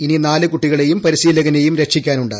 ഇനി നാല് കുട്ടികളെയും പരിശീലകനെയും രക്ഷിക്കാനുണ്ട്